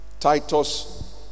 Titus